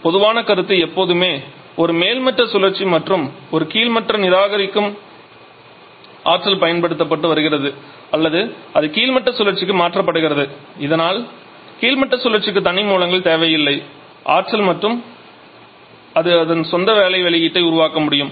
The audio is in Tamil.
பொதுவான கருத்து எப்போதுமே ஒரு மேல்மட்ட சுழற்சி மற்றும் ஒரு கீழ்மட்ட சுழற்சியைக் கொண்டிருக்க வேண்டும் அதாவது மேல்மட்ட சுழற்சியை நிராகரிக்கும் ஆற்றல் பயன்படுத்தப்பட்டு வருகிறது அல்லது அது கீழ்மட்ட சுழற்சிக்கு மாற்றப்படுகிறது இதனால் கீழ்மட்ட சுழற்சிக்கு தனி மூலங்கள் தேவையில்லை ஆற்றல் மற்றும் அது அதன் சொந்த வேலை வெளியீட்டை உருவாக்க முடியும்